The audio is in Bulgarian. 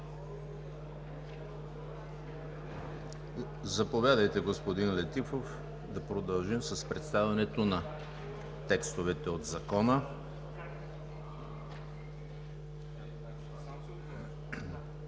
Заповядайте, господин Летифов, да продължим с представянето на текстовете от Закона.